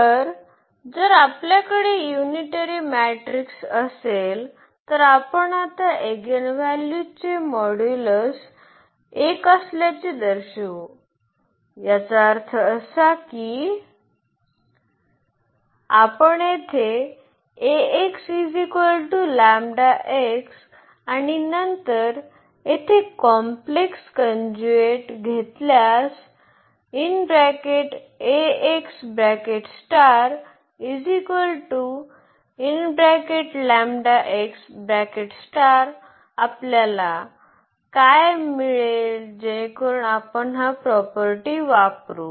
तर जर आपल्याकडे युनिटरी मॅट्रिक्स असेल तर आपण आता एगिनॅल्यूजचे मॉड्यूलस 1 असल्याचे दर्शवू याचा अर्थ असा की आपण येथे आणि नंतर येथे कॉम्पलेक्स कंज्युएट घेतल्यास आपल्याला काय मिळेल जेणेकरुन आपण हा प्रॉपर्टी वापरू